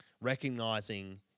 recognizing